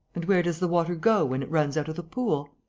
and where does the water go when it runs out of the pool?